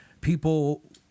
people